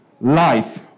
life